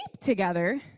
together